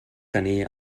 tenir